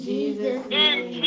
Jesus